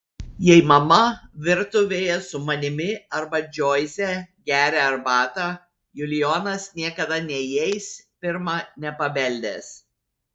jei mama virtuvėje su manimi arba džoise geria arbatą julijonas niekada neįeis pirma nepabeldęs